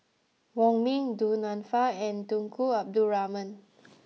Wong Ming Du Nanfa and Tunku Abdul Rahman